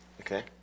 Okay